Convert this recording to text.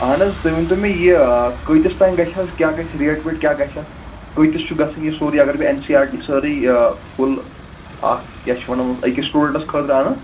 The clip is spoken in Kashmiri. اہن حظ تُہی ؤنۍ تو مےٚ یہِ کۭتِس تانۍ گَژھِ حظ کیاہ گَژھِ ریٹ ویٹ کیاہ گَژھِ اتھ کۭتس چھُ گَژھان یہِ سورُے اگر بہٕ این سی آر ٹی سٲری فُل اکھ کیاہ چھِ ونان أکِس سٹوڈنٹس خٲطرٕ اَنہٕ